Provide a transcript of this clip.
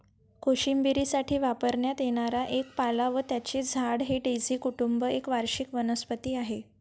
कोशिंबिरीसाठी वापरण्यात येणारा एक पाला व त्याचे झाड हे डेझी कुटुंब एक वार्षिक वनस्पती आहे